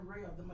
real